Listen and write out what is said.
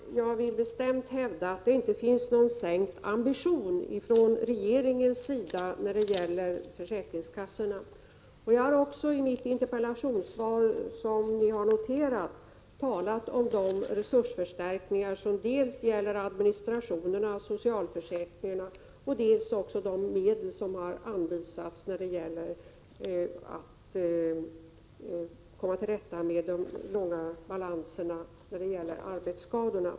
Herr talman! Jag vill bestämt hävda att regeringens ambitioner inte har sänkts när det gäller försäkringskassorna. Jag har i mitt interpellationssvar, som ni noterat, talat om de resursförstärkningar som dels gäller administrationen av socialförsäkringarna, dels gäller de medel som anvisats för att komma till rätta med de stora balanserna i fråga om arbetsskadorna.